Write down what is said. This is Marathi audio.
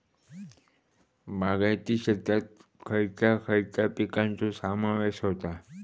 बागायती शेतात खयच्या खयच्या पिकांचो समावेश होता?